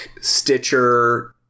Stitcher